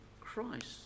Christ